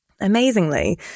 amazingly